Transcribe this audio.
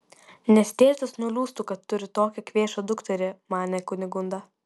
nes tėtis nuliūstų kad turi tokią kvėšą dukterį manė kunigunda